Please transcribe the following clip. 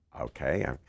okay